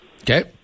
Okay